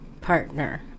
partner